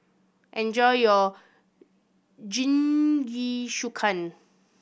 enjoy your Jingisukan